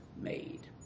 made